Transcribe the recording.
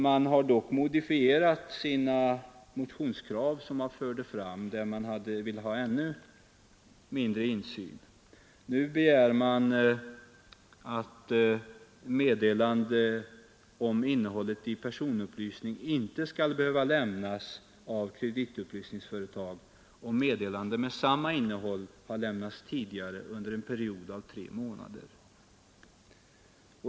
Man har dock modifierat motionskraven, som innebar ännu mindre insyn. Nu begär man att meddelande om innehållet i personupplysning inte skall behöva lämnas av kreditupplysningsföretag om meddelande med samma innehåll har lämnats tidigare under en period av tre månader.